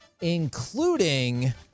including